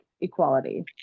equality